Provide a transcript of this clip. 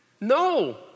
No